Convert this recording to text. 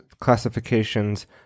classifications